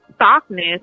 softness